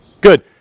Good